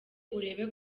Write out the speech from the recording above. urebe